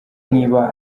niba